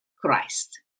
Christ